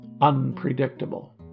unpredictable